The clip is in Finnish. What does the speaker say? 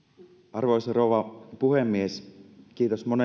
arvoisa rouva puhemies kiitos